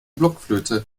blockflöte